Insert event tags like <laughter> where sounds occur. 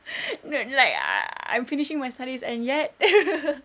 no like I'm finishing my studies and yet <laughs>